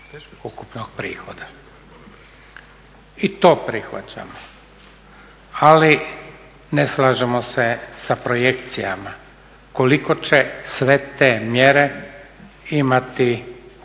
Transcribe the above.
ukupnog prihoda. I to prihvaćamo. Ali ne slažemo se sa projekcijama koliko će sve te mjere imati